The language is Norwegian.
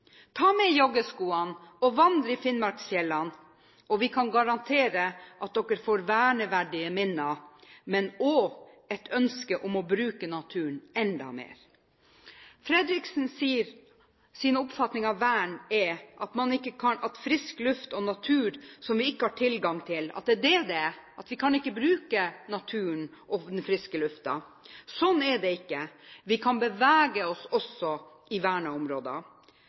Ta med joggeskoene og vandre i finnmarksfjellene, og vi kan garantere at dere får verneverdige minner, men også et ønske om å bruke naturen enda mer. Fredriksens oppfatning av vern er at det er frisk luft og natur som vi ikke har tilgang til, at vi ikke kan bruke naturen og den friske luften. Sånn er det ikke. Vi kan bevege oss også i